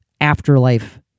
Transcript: afterlife